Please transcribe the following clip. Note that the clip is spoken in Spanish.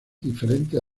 diferentes